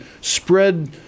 spread